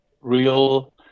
real